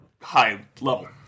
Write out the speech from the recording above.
high-level